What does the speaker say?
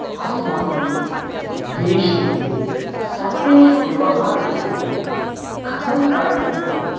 अस्माकं देशे सर्वेषु व्यवहारेषु कथं करणीयम्